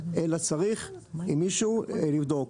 אלא צריך מישהו לבדוק.